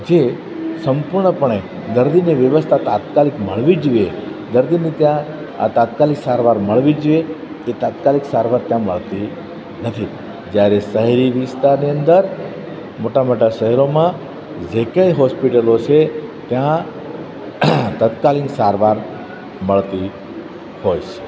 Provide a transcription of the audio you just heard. જે સંપૂર્ણ પણે દર્દીને વ્યવસ્થા તાત્કાલિક મળવી જોઈએ દર્દીને ત્યાં તાત્કાલિક સારવાર મળવી જોઈએ એ તાત્કાલિક સારવાર ત્યાં મળતી નથી જ્યારે શહેરી વિસ્તારની અંદર મોટા મોટા શહેરોમાં જે કાંઈ હોસ્પિટલો છે ત્યાં તાત્કાલિક સારવાર મળતી હોય છે